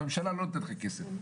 הממשלה לא נותנת לך כסף,